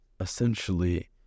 essentially